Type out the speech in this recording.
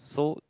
so